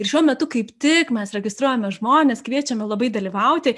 ir šiuo metu kaip tik mes registruojame žmonės kviečiame labai dalyvauti